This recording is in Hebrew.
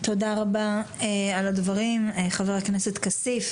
תודה רבה על הדברים, חבר הכנסת כסיף.